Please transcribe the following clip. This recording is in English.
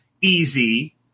easy